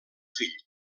fill